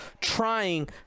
trying